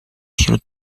wśród